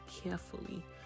carefully